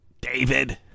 David